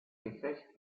gefecht